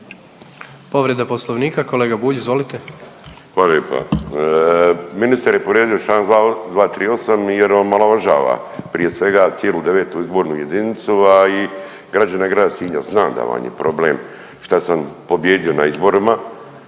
Povreda Poslovnika, kolega Bulj izvolite. **Bulj, Miro (MOST)** Hvala lijepo. Ministar je povrijedio čl. 238. jer omalovažava prije svega cijelu 9. izbornu jedinicu, a i građane grada Sinja. Znam da vam je problem šta sam pobijedio na izborima